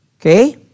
Okay